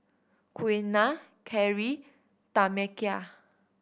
Quiana Kari Tamekia